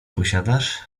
posiadasz